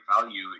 value